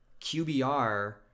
QBR